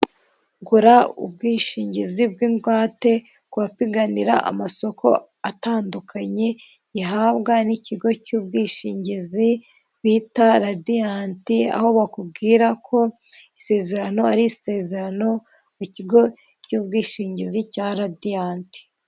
Gura ubwishingizi bw'ingwate ku bapiganira amasoko atandukanye, uhabwa n'ikigo cy'ubwishingizi bita radiyanti, aho bakubwira ko isezerano ari isezerano ikigo cy'ubwishingizi cya radiyanti.